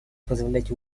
позволять